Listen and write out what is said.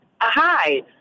Hi